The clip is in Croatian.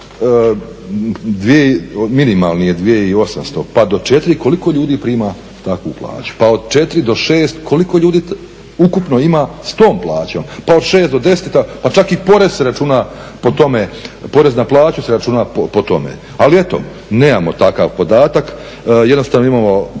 minimalni je 2800, pa do 4. Koliko ljudi prima takvu plaću? Pa od 4 do 6. Koliko ljudi ukupno ima s tom plaćom? Pa od 6 do 10 i tako. Pa čak i porez se računa po tome, porez na plaću se računa po tome. Ali eto, nemamo takav podatak. Jednostavno imamo